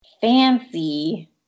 fancy